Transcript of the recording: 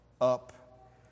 up